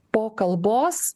po kalbos